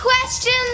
questions